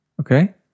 Okay